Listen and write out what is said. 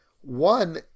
one